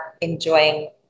enjoying